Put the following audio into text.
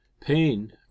pain